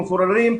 מפוררים,